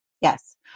Yes